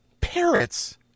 parrots